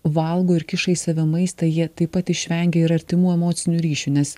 valgo ir kiša į save maistą jie taip pat išvengia ir artimų emocinių ryšių nes